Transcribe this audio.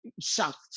shocked